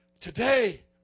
today